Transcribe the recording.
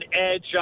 edge